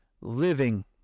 living